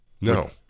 No